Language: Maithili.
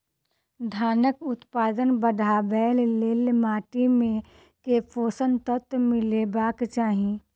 धानक उत्पादन बढ़ाबै लेल माटि मे केँ पोसक तत्व मिलेबाक चाहि?